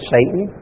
Satan